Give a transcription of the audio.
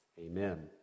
amen